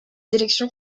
élections